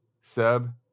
Seb